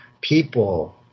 people